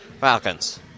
Falcons